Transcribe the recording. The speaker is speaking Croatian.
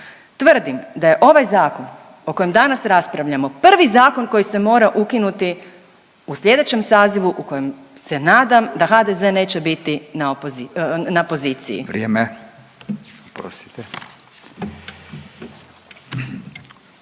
Tvrdim da je ovaj zakon o kojem danas raspravljamo prvi zakon koji se mora ukinuti u slijedećem sazivu u kojem se nadam da HDZ neće biti na opozi…,